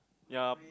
ya